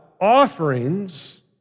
offerings